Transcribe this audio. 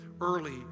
early